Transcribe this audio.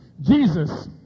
Jesus